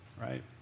right